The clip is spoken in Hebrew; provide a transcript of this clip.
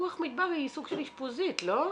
רוח מדבר היא סוג של אשפוזית לא?